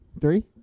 Three